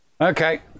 Okay